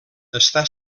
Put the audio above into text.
està